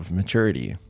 maturity